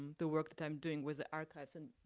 the work that i'm doing with the archives. and